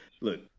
look